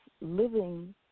living